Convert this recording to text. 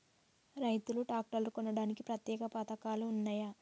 రైతులు ట్రాక్టర్లు కొనడానికి ప్రత్యేక పథకాలు ఉన్నయా?